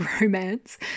romance